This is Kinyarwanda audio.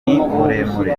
nimuremure